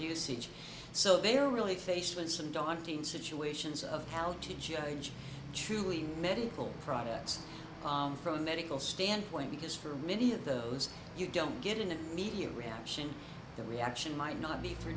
usage so they are really faced with some daunting situations of how to judge truly medical products from a medical standpoint because for many of those you don't get an immediate reaction the reaction might not be for